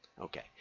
Okay